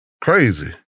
crazy